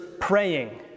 praying